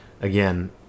again